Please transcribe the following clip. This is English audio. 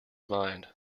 mind